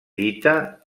dita